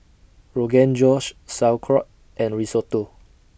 Rogan Josh Sauerkraut and Risotto